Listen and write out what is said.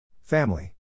Family